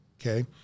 Okay